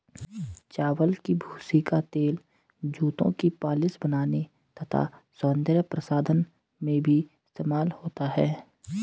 चावल की भूसी का तेल जूतों की पॉलिश बनाने तथा सौंदर्य प्रसाधन में भी इस्तेमाल होता है